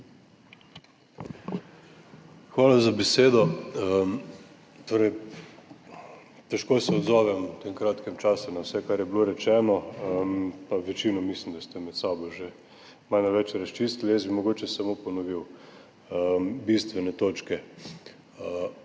Hvala za besedo. Težko se odzovem v tem kratkem času na vse, kar je bilo rečeno, pa večino mislim, da ste med sabo že malo več razčistili. Jaz bi mogoče samo ponovil bistvene točke.